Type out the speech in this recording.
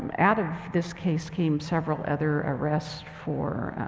um out of this case came several other arrests for